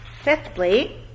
fifthly